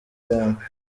yanjye